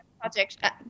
project